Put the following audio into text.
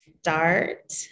Start